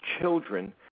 children